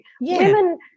Women